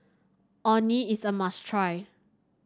Orh Nee is a must try